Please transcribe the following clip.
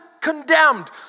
condemned